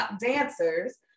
dancers